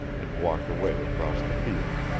and walked away across the field.